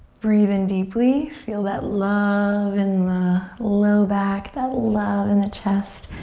breathe in deeply. feel that love in the low back, that love in the chest,